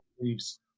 leaves